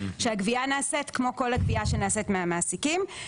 שהגבייה נעשית כמו כל הגבייה שנעשית מהמעסיקים.